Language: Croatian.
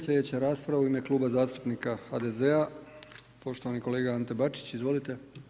Sljedeća rasprava u ime Kluba zastupnika HDZ-a, poštovani kolega Ante Bačić, izvolite.